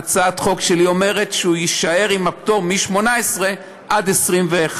והצעת החוק שלי אומרת שהוא יישאר עם הפטור מ-18 עד 21,